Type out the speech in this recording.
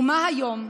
ומה היום?